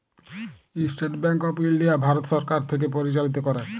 State bank of India Bharat সরকার থ্যাকে পরিচালিত ক্যরে